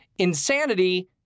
Insanity